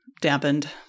dampened